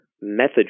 method